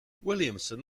williamson